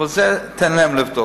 אבל את זה תן להם לבדוק.